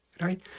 right